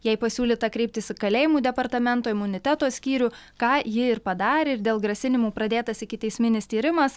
jai pasiūlyta kreiptis į kalėjimų departamento imuniteto skyrių ką ji ir padarė ir dėl grasinimų pradėtas ikiteisminis tyrimas